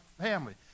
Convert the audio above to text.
family